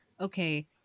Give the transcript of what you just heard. okay